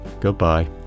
Goodbye